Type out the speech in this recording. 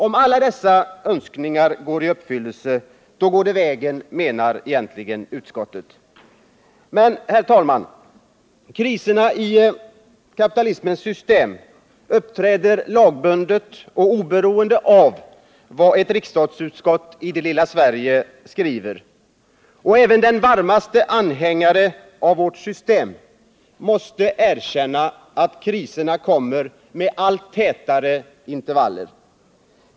Om alla dessa önskningar går i uppfyllelse, då går det vägen, menar egentligen utskottet. Men, herr talman, kriserna i kapitalismens system uppträder lagbundet och oberoende av vad ett riksdagsutskott i det lilla Sverige skriver. Och även den varmaste anhängare av vårt system måste erkänna att kriserna kommer med allt tätare intervaller.